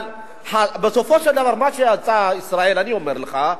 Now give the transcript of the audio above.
אבל בסופו של דבר, מה שאתה, ישראל, אני אומר לך,